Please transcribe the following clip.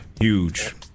huge